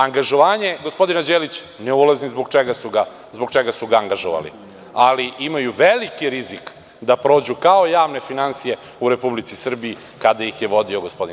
Angažovanje gospodina Đelića, ne ulazim zbog čega su ga angažovali, ali imaju veliki rizik da prođu kao javne finansije u Republici Srbiji kada ih je vodio gospodin